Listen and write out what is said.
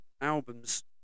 albums